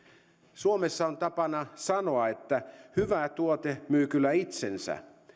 suomessa on tapana sanoa että hyvä tuote myy kyllä itsensä